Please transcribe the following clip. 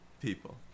people